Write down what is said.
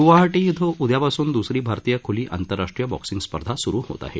ग्वाहाटी इथं उदयापासून द्सरी भारतीय ख्ली आंतरराष्ट्रीय बॉक्सिंग स्पर्धा स्रु होत आहे